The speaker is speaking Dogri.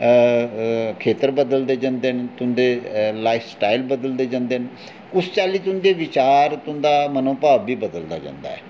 खेत्तर बदलदे जंदे न तुंदे लाईफ स्टाईल बदलदे जंदे न कुस चाल्ली तुंदे बचार तुं'दा मनोभाव बी बदलदा जंदा ऐ